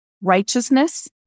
righteousness